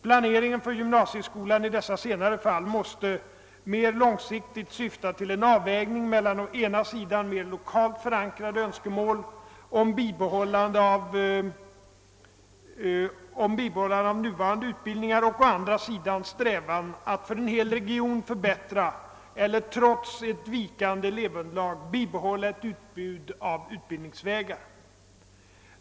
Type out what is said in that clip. Planeringen för gymnasieskolan i dessa senare fall måste — mer långsiktigt — syfta till en avvägning mellan å ena sidan mera lokalt förankrade önskemål om bibehållande av nuvarande utbildningar och å andra sidan strävan att för en hel region förbättra eller, trots ett vikande elevunderlag, bibehålla ett utbud av utbildningsvägar.